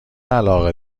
علاقه